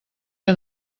que